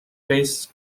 face